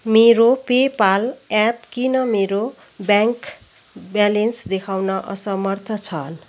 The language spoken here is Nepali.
मेरो पेपाल एप किन मेरो ब्याङ्क ब्यालेन्स देखाउन असमर्थ छ